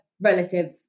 relative